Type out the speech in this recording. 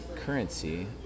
currency